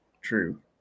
True